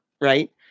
Right